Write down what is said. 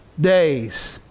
days